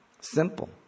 Simple